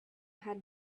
had